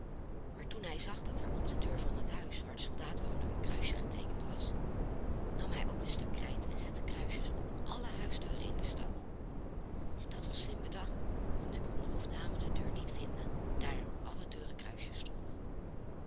maar toen hij zag dat er op de deur van het huis waar de soldaat woonde een kruisje geteekend was nam hij ook een stuk krijt en zette kruisjes op alle huisdeuren in de stad en dat was slim bedacht want nu kon de hofdame de deur niet vinden daar er op alle deuren kruisjes stonden